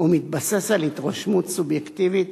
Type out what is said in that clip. ומתבססת על התרשמות סובייקטיבית